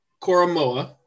koromoa